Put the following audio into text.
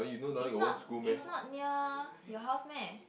is not is not near your house meh